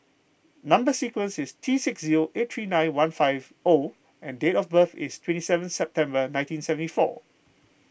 Number Sequence is T six zero eight three nine one five O and date of birth is twenty seven September nineteen seventy four